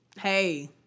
Hey